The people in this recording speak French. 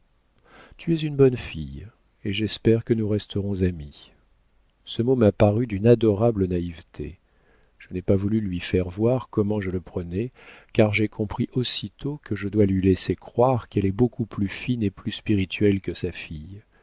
tu es une bonne fille et j'espère que nous resterons amies ce mot m'a paru d'une adorable naïveté je n'ai pas voulu lui faire voir comment je le prenais car j'ai compris aussitôt que je dois lui laisser croire qu'elle est beaucoup plus fine et plus spirituelle que sa fille